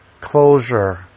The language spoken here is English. closure